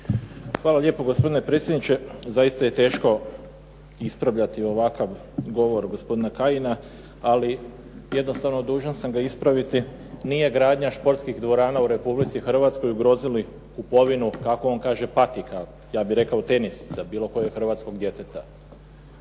Hvala lijepo gospodine predsjedniče. Zaista je teško ispravljati ovakav govor gospodina Kajina, ali jednostavno sam ga dužan ispraviti nije gradnja športskih dvorana u Republici Hrvatskoj ugrozili kupovinu kako on kaže patika. Ja bih rekao tenisica, bilo kojeg hrvatskog djeteta.